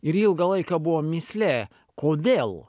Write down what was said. ir ilgą laiką buvo mįslė kodėl